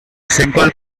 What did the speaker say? simple